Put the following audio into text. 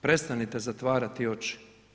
Prestanite zatvarati oči.